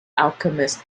alchemist